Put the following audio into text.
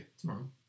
tomorrow